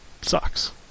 sucks